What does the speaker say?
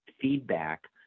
feedback